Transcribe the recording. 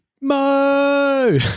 Mo